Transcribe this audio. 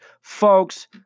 Folks